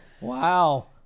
Wow